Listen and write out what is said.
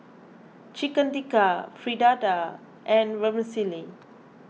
Chicken Tikka Fritada and Vermicelli